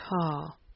tall